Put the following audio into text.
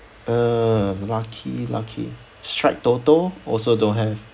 uh lucky lucky strike TOTO also don't have